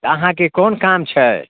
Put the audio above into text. तऽ अहाँके कोन काम छै